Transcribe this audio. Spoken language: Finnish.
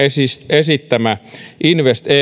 esittämä investeu